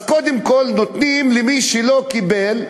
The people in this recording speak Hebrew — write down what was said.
קודם כול נותנים למי שלא קיבל קודם,